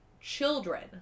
children